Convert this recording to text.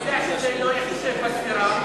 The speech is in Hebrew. אני מציע שזה לא ייחשב בספירה,